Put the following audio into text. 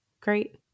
Great